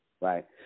right